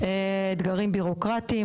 אתגרים בירוקרטיים,